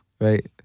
right